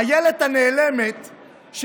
לאן נעלמתם?